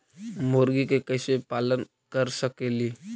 मुर्गि के कैसे पालन कर सकेली?